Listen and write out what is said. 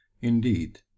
Indeed